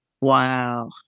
Wow